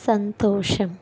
సంతోషం